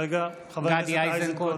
רגע, חבר הכנסת איזנקוט.